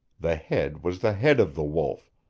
the head was the head of the wolf,